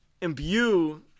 imbue